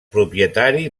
propietari